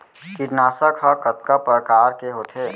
कीटनाशक ह कतका प्रकार के होथे?